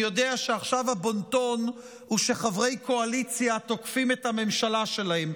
אני יודע שעכשיו הבון-טון הוא שחברי קואליציה תוקפים את הממשלה שלהם,